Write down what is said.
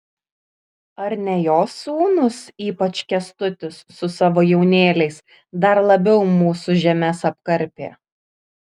ar ne jo sūnūs ypač kęstutis su savo jaunėliais dar labiau mūsų žemes apkarpė